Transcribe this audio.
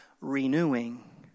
renewing